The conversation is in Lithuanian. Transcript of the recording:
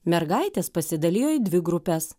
mergaitės pasidalijo į dvi grupes